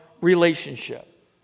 relationship